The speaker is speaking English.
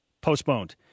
Postponed